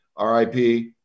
RIP